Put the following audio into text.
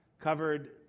Covered